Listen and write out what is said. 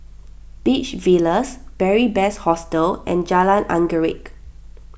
Beach Villas Beary Best Hostel and Jalan Anggerek